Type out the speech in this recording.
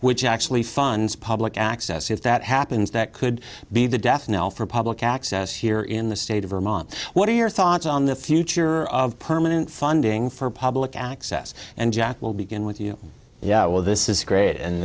which actually funds public access if that happens that could be the death knell for public access here in the state of vermont what are your thoughts on the future of permanent funding for public access and jack we'll begin with you yeah well this is great and